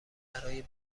برای